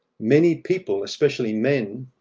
many people, especially men,